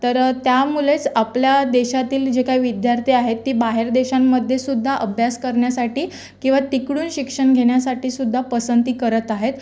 तर त्यामुळेच आपल्या देशातील जे काही विद्यार्थी आहेत ते बाहेर देशांमध्ये सुद्धा अभ्यास करण्यासाठी किंवा तिकडून शिक्षण घेण्यासाठी सुद्धा पसंती करत आहेत